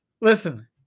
listen